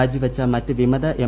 രാജിവച്ച മറ്റ് വിമത എം